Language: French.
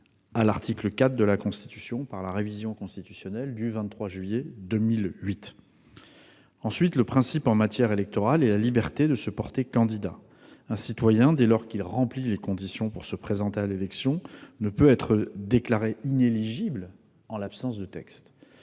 à l'article 4 de la Constitution par la révision constitutionnelle du 23 juillet 2008. Ensuite, le principe en matière électorale est la liberté de se porter candidat. Un citoyen, dès lors qu'il remplit les conditions pour se présenter à l'élection, ne peut être déclaré inéligible en l'absence de texte.